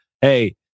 Hey